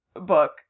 book